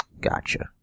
Gotcha